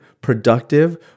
productive